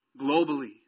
globally